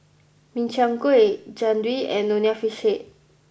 Min Chiang Kueh Jian Dui and Nonya Fish Head